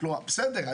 כלומר, בסדר.